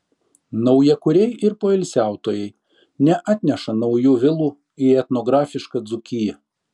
naujakuriai ir poilsiautojai neatneša naujų vilų į etnografišką dzūkiją